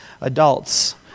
adults